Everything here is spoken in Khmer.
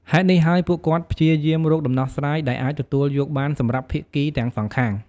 ហេតុនេះហើយ ពួកគាត់ព្យាយាមរកដំណោះស្រាយដែលអាចទទួលយកបានសម្រាប់ភាគីទាំងសងខាង។